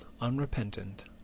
unrepentant